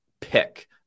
pick